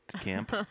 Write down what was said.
camp